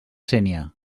sénia